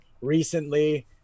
recently